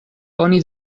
oni